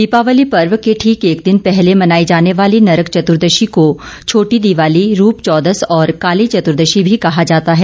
दीपावली पर्व के ठीक एक दिन पहले मनाई जाने वाली नरक चतुर्दशी को छोटी दिवाली रूप चौदस और काली चतुर्दशी भी कहा जाता है